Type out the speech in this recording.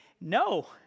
no